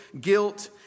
guilt